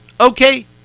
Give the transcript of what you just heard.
Okay